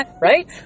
Right